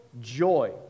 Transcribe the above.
Joy